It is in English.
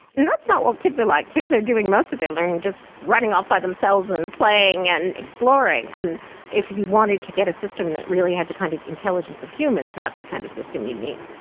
and that's not what kids are like. kids are doing most of their learning just running off by themselves and playing and exploring. and if you wanted to get a system that really had the kind of intelligence of humans, that's the kind of system you need.